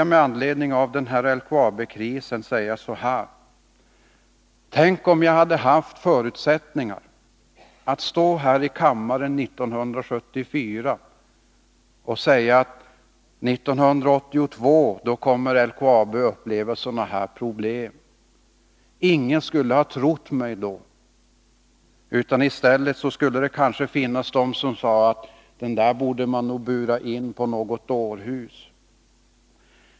Med anledning av LKAB-krisen skulle jag vilja säga så här: Tänk om jag hade haft förutsättningar att stå här i kammaren 1974 och säga att 1982 kommer LKAB att ha mycket stora problem. Ingen skulle ha trott mig då. I stället skulle kanske någon ha sagt: Den där borde man nog bura in på något dårhus.